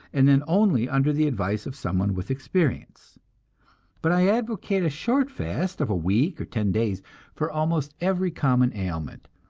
and then only under the advice of someone with experience but i advocate a short fast of a week or ten days for almost every common ailment,